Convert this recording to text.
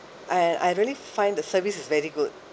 I I really find the service is very good